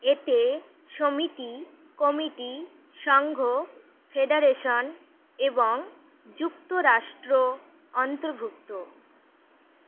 এতে সমিতি কমিটি সংঘ ফেডারেশন এবং যুক্তরাষ্ট্র অন্তর্ভুক্ত